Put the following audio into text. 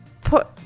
put